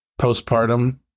postpartum